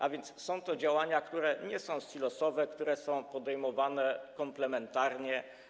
A więc są to działania, które nie są silosowe, które są przez rząd podejmowane komplementarnie.